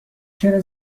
چرا